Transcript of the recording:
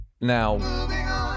now